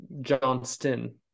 johnston